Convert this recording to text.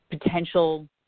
potential